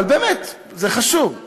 אבל באמת, זה חשוב.